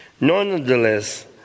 Nonetheless